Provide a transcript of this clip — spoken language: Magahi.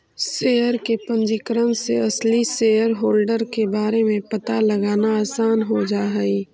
शेयर के पंजीकरण से असली शेयरहोल्डर के बारे में पता लगाना आसान हो जा हई